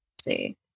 see